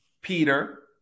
Peter